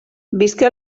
visqué